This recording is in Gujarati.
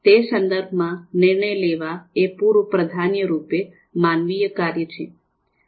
તે સંદર્ભ માં નિર્ણય લેવા એ પૂર્વ પ્રાધાન્ય રૂપે માનવીય કાર્ય છે